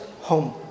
home